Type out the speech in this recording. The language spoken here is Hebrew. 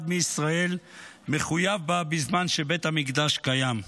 מישראל מחויב בה בזמן שבית המקדש קיים.